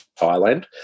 Thailand